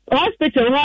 hospital